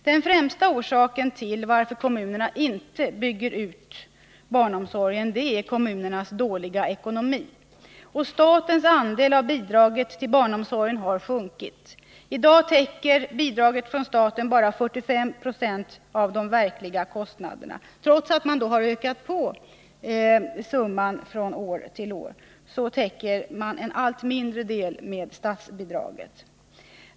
I' :n främsta orsaken till att kommunerna inte bygger ut barnomsorgen är deras dåliga ekonomi. Statens andel av bidraget till barnomsorgen har sjunkit. I dag täcker bidraget från staten bara 45 26 av de verkliga kostnaderna. Trots att bidraget har ökats från år till år täcks alltså en allt mindre del av utbyggnadskostnaderna.